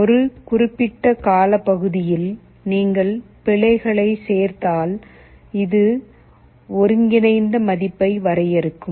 ஒரு குறிப்பிட்ட காலப்பகுதியில் நீங்கள் பிழைகளைச் சேர்த்தால் இது ஒருங்கிணைந்த மதிப்பை வரையறுக்கும்